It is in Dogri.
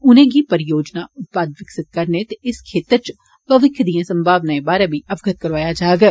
उनें गी परियोजना उत्पाद विकसित करन ते इस क्षेत्र च भविक्ख दिएं संभावनाएं बारै बी अवगत करौआया जाई सकै